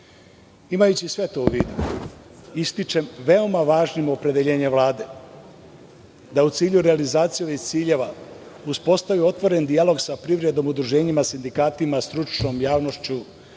cilja. Imajući sve to u vidu ističem veoma važno opredeljenje Vlade da u cilju realizacije ovih ciljeva uspostavi otvoren dijalog sa privrednim udruženjima, sindikatima, stručnom javnošću,